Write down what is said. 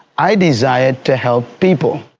i desired to help people.